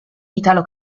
italo